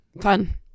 Fun